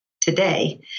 today